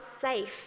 safe